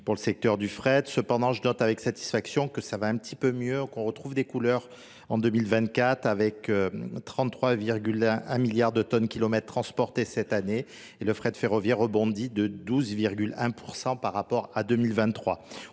Pour le secteur du fret cependant je note avec satisfaction que ça va un petit peu mieux, qu'on retrouve des couleurs en 2024 avec 33,1 milliards de tonnes kilomètres transportés cette année et le fret ferrovia rebondi de 12,1% par rapport à 2023.